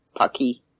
pucky